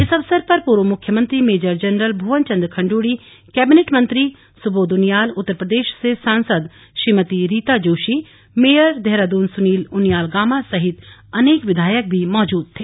इस अवसर पर पूर्व मुख्यमंत्री major general Bhuvan Chandra Khanduri cabinet मंत्री सुबोध उनियाल उत्तर प्रदेश से सांसद श्रीमती रीता जोशी मेयर देहरादून सुनील उनियाल गामा सहित अनेक विधायक भी मौजूद थे